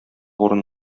урын